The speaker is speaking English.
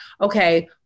okay